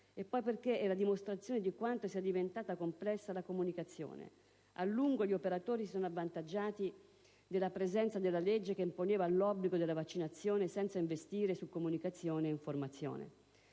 e poi perché è la dimostrazione di quanto sia diventata complessa la comunicazione. A lungo gli operatori si sono avvantaggiati della presenza della legge che imponeva l'obbligo della vaccinazione senza investire su comunicazione e informazione.